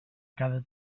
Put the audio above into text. cada